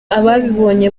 ababibonye